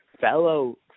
fellow